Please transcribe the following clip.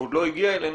שעוד לא הגיע אלינו,